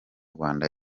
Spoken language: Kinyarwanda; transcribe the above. rwanda